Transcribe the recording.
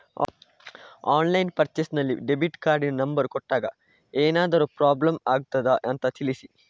Online purchase ನಲ್ಲಿ debit ಕಾರ್ಡಿನ number ಕೊಟ್ಟಾಗ ಏನಾದರೂ ಪ್ರಾಬ್ಲಮ್ ಆಗುತ್ತದ ಅಂತ ತಿಳಿಸಿ?